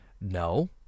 No